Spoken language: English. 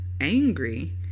angry